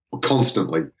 constantly